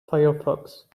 firefox